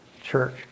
church